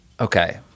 okay